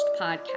podcast